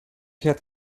had